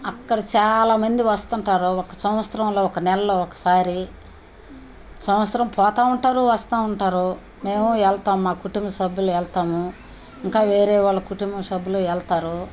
అక్కడ చాలామంది వస్తుంటారు ఒక్క సంవత్సరంలో ఒక నెలలో ఒకసారి సంవత్సరం పోతూ ఉంటారు వస్తూ ఉంటారు మేము వెళ్తాం మా కుటుంబ సభ్యులు వెళ్తాము ఇంకా వేరే వాళ్ళ కుటుంబం సభ్యులు వెళ్తారు